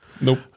Nope